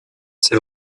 ces